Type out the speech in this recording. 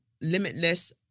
Limitless